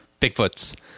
Bigfoots